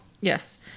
yes